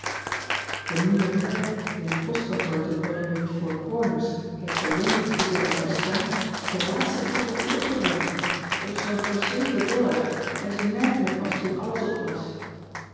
e nieuwe klerk in het postkantoor te onnyrigg our orners heeft den rhum dien ze daar hadden staan tot den laatsten druppel toe opgedronken et was wel voor en ze merkten het pas toen alles op was